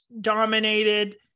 dominated